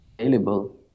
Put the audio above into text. Available